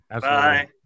Bye